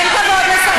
תן כבוד לשרה גמליאל.